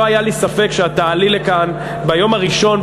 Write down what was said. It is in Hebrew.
לא היה לי ספק שאת תעלי לכאן ביום הראשון,